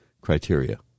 criteria